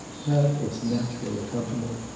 have its natural accompaniment,